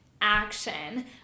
action